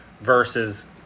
versus